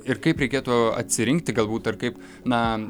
ir kaip reikėtų atsirinkti galbūt ar kaip na